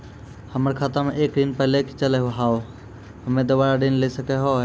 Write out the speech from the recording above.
हमर खाता मे एक ऋण पहले के चले हाव हम्मे दोबारा ऋण ले सके हाव हे?